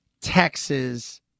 Texas